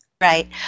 Right